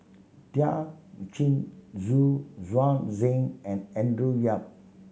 Thiam Chin Xu Yuan Zhen and Andrew Yip